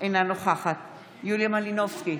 אינה נוכחת יוליה מלינובסקי,